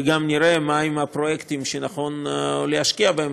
וגם נראה מהם הפרויקטים שנכון להשקיע בהם,